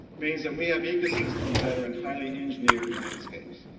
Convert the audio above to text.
means that we have ecosystems that are in highly engineered landscapes.